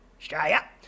Australia